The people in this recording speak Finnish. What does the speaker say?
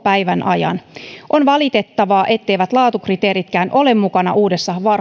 päivän ajan on valitettavaa etteivät laatukriteeritkään ole mukana uudessa